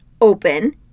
open